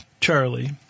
Charlie